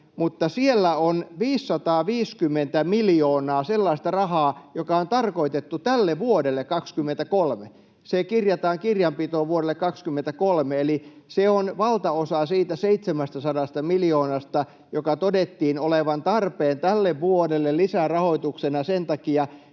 mutta siellä on 550 miljoonaa sellaista rahaa, joka on tarkoitettu tälle vuodelle, 2023. Se kirjataan kirjanpitoon vuodelle 2023, eli se on valtaosa siitä 700 miljoonasta, jonka todettiin olevan tarpeen tälle vuodelle lisärahoituksena sen takia,